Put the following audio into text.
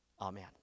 Amen